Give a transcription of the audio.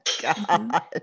God